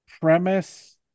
premise